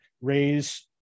raise